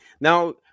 Now